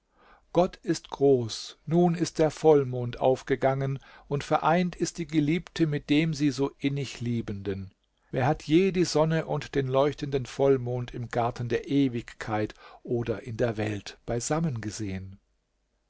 gott ist groß nun ist der vollmond aufgegangen und vereint ist die geliebte mit dem sie so innig liebenden wer hat je die sonne und den leuchtenden vollmond im garten der ewigkeit oder in der welt beisammen gesehen